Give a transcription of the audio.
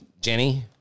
Jenny